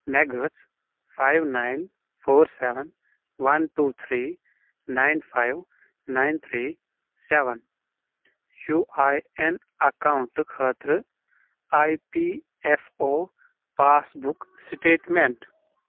مےٚ گٔژھ five nine four seven one two three nine five nine three seven U A N account خٲطرٕ E P F O passbook statement